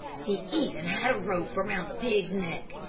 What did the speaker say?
he even had a rope around the pig's neck.